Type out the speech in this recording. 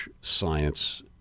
science